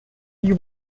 you